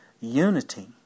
unity